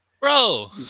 Bro